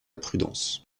prudence